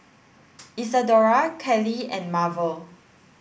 Isadora Callie and Marvel